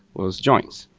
was joins.